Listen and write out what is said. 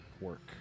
work